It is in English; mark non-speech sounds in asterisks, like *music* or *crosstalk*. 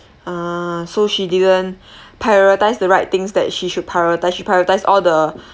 ah so she didn't *breath* prioritise the right things that she should prioritise she prioritise all the *breath*